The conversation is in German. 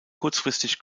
kurzfristig